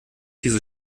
diese